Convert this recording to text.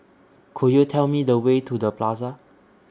Could YOU Tell Me The Way to The Plaza